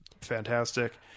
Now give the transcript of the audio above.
fantastic